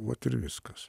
vat ir viskas